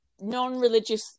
non-religious